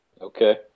okay